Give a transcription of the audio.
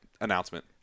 announcement